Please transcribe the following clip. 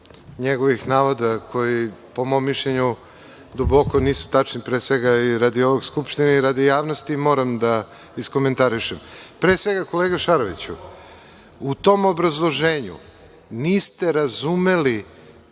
njegovih navoda koji, po mom mišljenju, duboko nisu tačni. Pre svega i radi ove Skupštine i radi javnosti moram da iskomentarišem. Pre svega, kolega Šaroviću, u tom obrazloženju niste razumeli